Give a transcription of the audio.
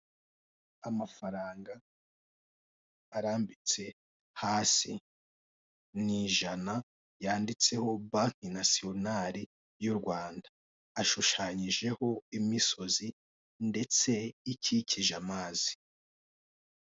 Amafaranga arambitse hasi. Ni ijana, yanditseho Banki Nasiyonali y'u Rwanda, ashushanyijeho imisozi ndetse ikikije amazi.